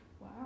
wow